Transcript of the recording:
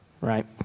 Right